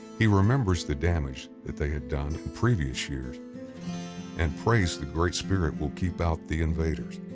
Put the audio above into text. he remembers the damage that they had done in previous years and prays the great spirit will keep out the invaders,